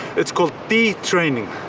it's called detraining.